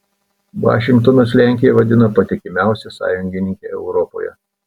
vašingtonas lenkiją vadina patikimiausia sąjungininke europoje